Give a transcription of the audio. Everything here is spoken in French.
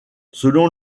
selon